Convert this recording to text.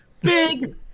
Big